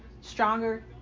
stronger